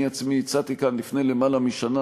אני עצמי הצעתי כאן לפני למעלה משנה,